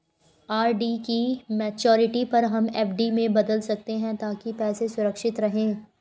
RD की maturity पर हम एफ.डी में बदल सकते है ताकि पैसे सुरक्षित रहें